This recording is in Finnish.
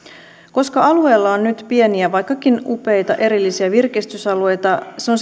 koska alueella on nyt pieniä vaikkakin upeita erillisiä virkistysalueita se on